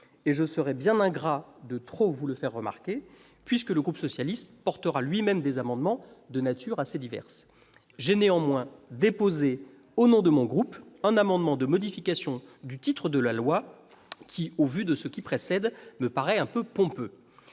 ; je serais bien ingrat de trop vous le faire remarquer puisque le groupe socialiste et républicain portera lui-même des amendements de nature assez diverse. J'ai néanmoins déposé, au nom de mon groupe, un amendement de modification du titre du projet de loi qui, au vu de ce qui précède, me paraît un peu pompeux.